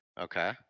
Okay